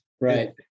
Right